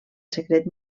secret